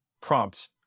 prompts